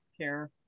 care